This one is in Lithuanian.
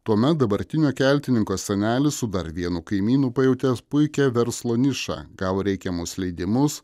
tuomet dabartinio keltininko senelis su dar vienu kaimynu pajutęs puikią verslo nišą gavo reikiamus leidimus